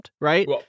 right